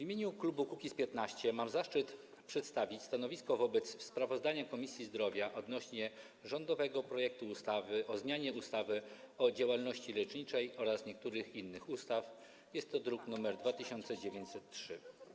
W imieniu klubu Kukiz’15 mam zaszczyt przedstawić stanowisko wobec sprawozdania Komisji Zdrowia odnośnie do rządowego projektu ustawy o zmianie ustawy o działalności leczniczej oraz niektórych innych ustaw, jest to druk nr 2903.